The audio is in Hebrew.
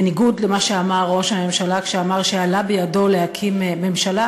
בניגוד למה שאמר ראש הממשלה כשאמר שעלה בידו להקים ממשלה,